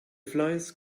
fleiß